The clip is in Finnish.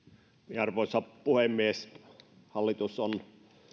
arvoisa puhemies hallitus on